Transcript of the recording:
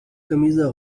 camisa